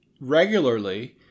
regularly